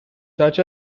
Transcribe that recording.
such